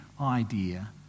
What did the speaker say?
idea